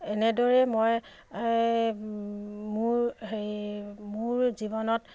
এনেদৰে মই মোৰ হেৰি মোৰ জীৱনত